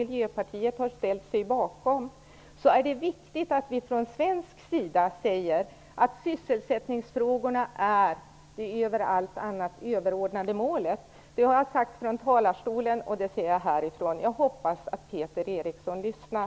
Miljöpartiet har ställt sig bakom, är det viktigt att vi från svensk sida säger att sysselsättningsfrågorna är det över allt annat överordnade målet. Det har jag sagt från talarstolen och det säger jag här i bänken. Jag hoppas att Peter Eriksson lyssnar.